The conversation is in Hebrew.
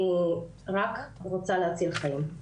אני רק רוצה להציל חיים.